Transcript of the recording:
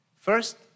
First